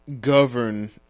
govern